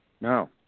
No